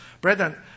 Brethren